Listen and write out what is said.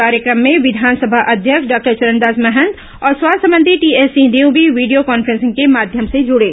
कार्यक्रम में विधानसभा अध्यक्ष डॉक्टर चरणदास महंत और स्वास्थ्य मंत्री टीएस सिंहदेव भी वीडियो कॉन्फ्रेंसिंग के माध्यम से जुड़े